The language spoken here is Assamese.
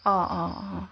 অঁ অঁ অঁ